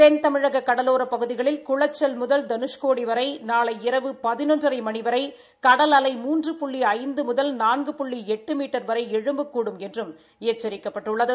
தென்தமிழக கடலோரப் பகுதிகளில் குளச்சல் முதல் தனுஷ்கோடி வரை நாளை இரவு பதினொன்றரை மணி வரை கடல் அலை மூன்று புள்ளி ஐந்து முதல் நான்கு புள்ளி எட்டு மீட்டர் வரை எழும்பக்கூடும் என்றும் எச்சரிக்கப்பட்டுள்ளது